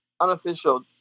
unofficial